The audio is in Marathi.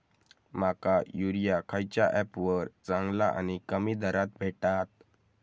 माका युरिया खयच्या ऍपवर चांगला आणि कमी दरात भेटात?